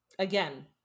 Again